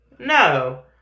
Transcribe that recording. No